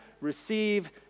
receive